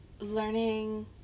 learning